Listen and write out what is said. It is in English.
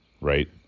right